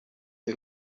who